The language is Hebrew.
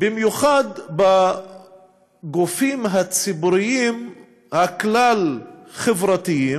בייחוד בגופים הציבוריים הכלל-חברתיים,